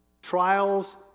trials